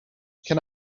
can